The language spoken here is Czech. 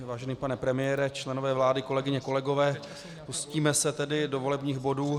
Vážený pane premiére, členové vlády, kolegyně, kolegové, pustíme se tedy do volebních bodů.